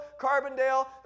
Carbondale